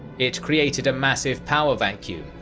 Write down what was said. it created a massive power vacuum,